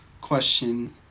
question